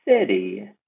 City